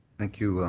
thank you,